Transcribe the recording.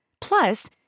Plus